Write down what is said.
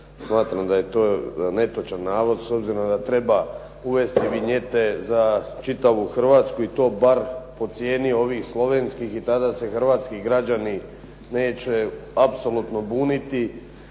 Smatram da je to netočan navod, s obzirom da treba uvesti vinjete za čitavu Hrvatsku i to bar po cijeni ovih Slovenskih. I tada se hrvatski građani neće apsolutno buniti.